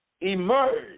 emerge